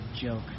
Joke